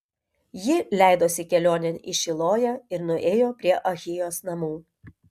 ji leidosi kelionėn į šiloją ir nuėjo prie ahijos namų